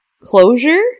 Closure